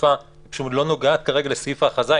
לגופה פשוט לא נוגעת כרגע לסעיף ההכרזה.